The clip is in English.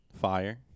Fire